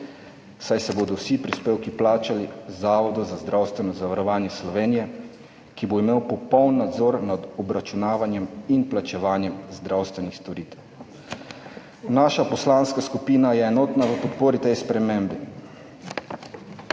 saj se bodo vsi prispevki plačali Zavodu za zdravstveno zavarovanje Slovenije, ki bo imel popoln nadzor nad obračunavanjem in plačevanjem zdravstvenih storitev. Naša poslanska skupina je enotna v podpori tej spremembi.